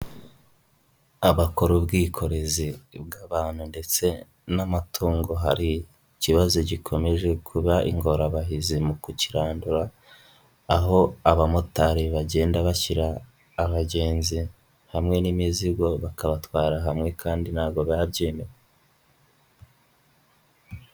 Abakora ubwikorezi bw'abantu ndetse n'amatungo hari ikibazo gikomeje kuba ingorabahizi mu kukirandura, aho abamotari bagenda bashyira abagenzi hamwe n'imizigo bakabatwara hamwe kandi ntago biba byemewe.